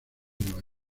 nueva